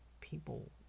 People